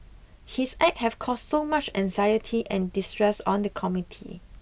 his act have caused much anxiety and distress on the community